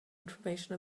information